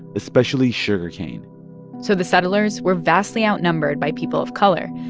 especially sugarcane so the settlers were vastly outnumbered by people of color,